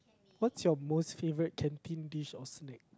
what's your most favourite canteen dish or snack